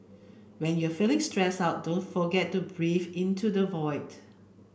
when you are feeling stressed out don't forget to breathe into the void